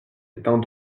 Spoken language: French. étant